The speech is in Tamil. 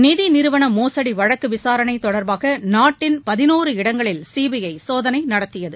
நிதிநி றுவன மோசடி வழக்கு விசாரணை தொடர்பாக நாட்டின் பிரி இடங்களில் சிபிஐ சோதனை நடத்தியது